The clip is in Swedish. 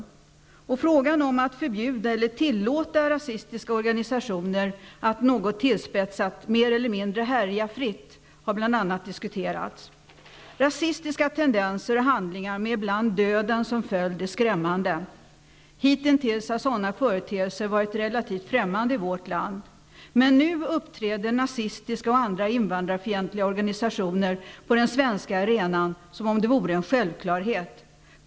Dessutom har frågan om att förbjuda eller tillåta rasistiska organisationer att, något tillspetsat, mer eller mindre härja fritt diskuterats. Rasistiska tendenser och handlingar, med ibland döden som följd, är skrämmande. Hitintills har sådana företeelser varit relativt främmande i vårt land. Men nu uppträder nazistiska och andra invandrarfientliga organisationer på den svenska arenan som om det vore en självklarhet.